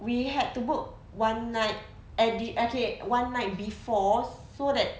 we had to book one night at the okay one night before so that